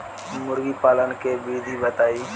मुर्गीपालन के विधी बताई?